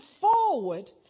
forward